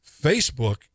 Facebook